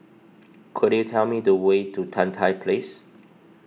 could you tell me the way to Tan Tye Place